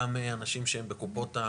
גם אנשים שהם בקופות,